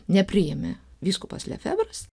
nepriėmė vyskupas lefevras